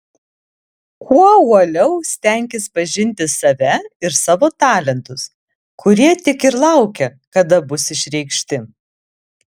kuo uoliau stenkis pažinti save ir savo talentus kurie tik ir laukia kada bus išreikšti